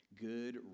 good